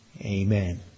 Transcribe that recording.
Amen